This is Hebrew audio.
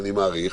אני מעריך.